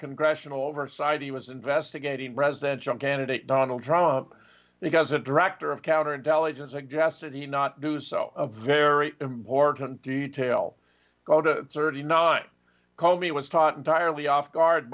congressional oversight he was investigating presidential candidate donald trump because a director of counterintelligence suggested he not do so a very important detail go to thirty nine told me was taught entirely off guard